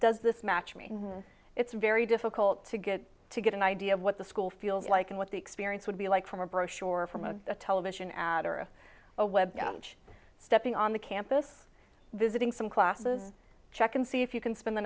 does this match mean it's very difficult to get to get an idea of what the school feels like and what the experience would be like from a brochure or from a television ad or of a web page stepping on the campus visiting some classes check and see if you can spend the